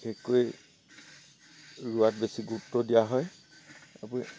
বিশেষকৈ ৰোৱাত বেছি গুৰুত্ব দিয়া হয় তাৰ উপৰি